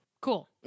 Cool